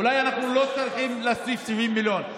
אולי אנחנו לא צריכים לשים 70 מיליון,